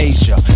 Asia